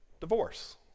divorce